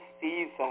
season